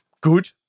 good